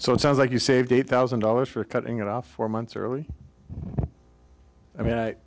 so it sounds like you saved eight thousand dollars for cutting it off four months early i mean